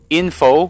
info